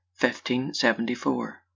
1574